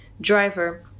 driver